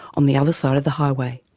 on the other side of the highway.